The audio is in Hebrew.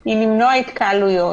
למנוע התקהלויות,